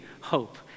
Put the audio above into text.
hope